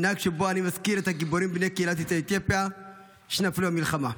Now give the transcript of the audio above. מנהג שבו אני מזכיר את הגיבורים מבני קהילת יוצאי אתיופיה שנפלו במלחמה,